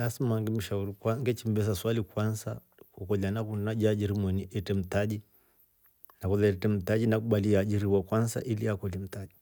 Lasma ngimshauri kwa- ngechimbesa swali kwansa kolya naku- najiajiri moni etre mtaji?, ngakolya etre mtaji nakubali iajiriwa kwansa iliakolye mtaji.